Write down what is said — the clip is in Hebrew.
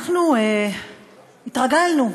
אנחנו התרגלנו,